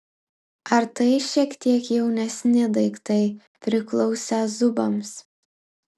ar tai šiek tiek jaunesni daiktai priklausę zubams